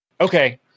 Okay